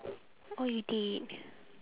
orh you did